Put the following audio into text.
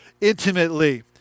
intimately